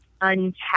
untapped